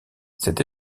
cette